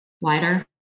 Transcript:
wider